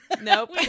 Nope